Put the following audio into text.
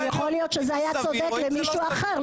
אבל יכול להיות שזה היה צודק למישהו אחר,